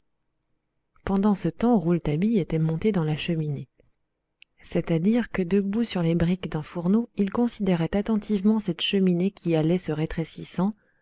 pendant ce temps rouletabille était monté dans la cheminée debout sur les briques d'un fourneau il considérait attentivement cette cheminée qui allait se rétrécissant